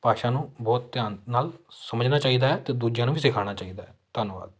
ਭਾਸ਼ਾ ਨੂੰ ਬਹੁਤ ਧਿਆਨ ਨਾਲ ਸਮਝਣਾ ਚਾਹੀਦਾ ਹੈ ਅਤੇ ਦੂਜਿਆਂ ਨੂੰ ਵੀ ਸਿਖਾਉਣਾ ਚਾਹੀਦਾ ਹੈ ਧੰਨਵਾਦ